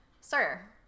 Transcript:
sir